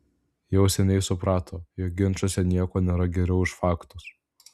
jau seniai suprato jog ginčuose nieko nėra geriau už faktus